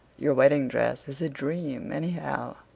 your wedding dress is a dream, anyhow,